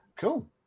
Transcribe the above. Cool